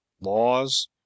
laws